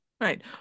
Right